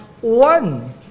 One